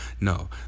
No